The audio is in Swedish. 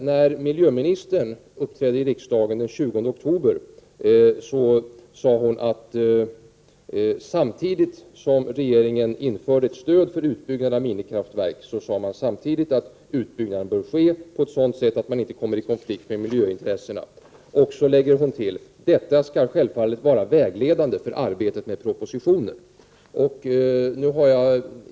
När miljöministern uppträdde i riksdagen den 20 oktober, sade hon att regeringen införde ett stöd för utbyggnad av minikraftverk. Samtidigt sade hon att utbyggnaden bör ske på ett sådant sätt att man inte kommer i konflikt med miljöintressena. Sedan lade hon till att detta skulle självfallet vara vägledande för arbetet med propositionen.